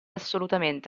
assolutamente